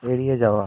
এড়িয়ে যাওয়া